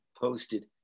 posted